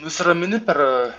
nusiramini per